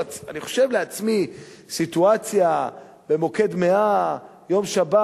חושב לעצמי על סיטואציה במוקד 100 ביום שבת,